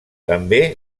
també